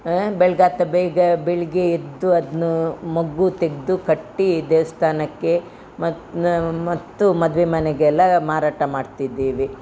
ಆಂ ಬೆಳ್ಗೆ ಆತ ಬೇಗ ಬೆಳಿಗ್ಗೆ ಎದ್ದು ಅದನ್ನು ಮೊಗ್ಗು ತೆಗೆದು ಕಟ್ಟಿ ದೇವಸ್ಥಾನಕ್ಕೆ ಮತ್ತು ಮತ್ತು ಮದುವೆ ಮನೆಗೆಲ್ಲ ಮಾರಾಟ ಮಾಡ್ತಿದ್ದೀವಿ